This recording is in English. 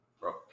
bro